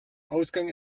ausgang